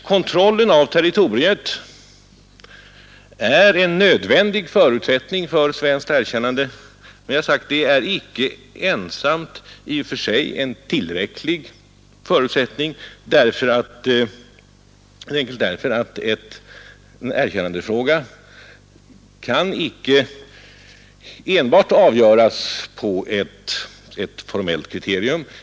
Kontrollen av territoriet är en nödvändig förutsättning för svenskt erkännande, men jag har sagt upprepade gånger att det i och för sig icke ensamt är en tillräcklig förutsättning, helt enkelt därför att en erkännandefråga icke kan avgöras enbart på ett formellt kriterium.